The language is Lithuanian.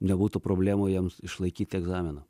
nebūtų problemų jiems išlaikyti egzaminą